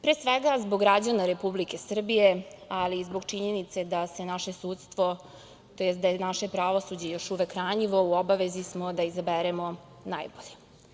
Pre svega, zbog građana Republike Srbije, ali i zbog činjenice da se naše sudstvo, tj. da je naše pravosuđe još uvek ranjivo, u obavezi smo da izaberemo najbolje.